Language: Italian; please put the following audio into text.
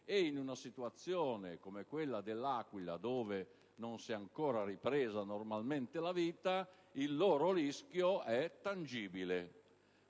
e, in una situazione come quella dell'Aquila, in cui non si è ancora ripresa la vita normale, il loro rischio è tangibile.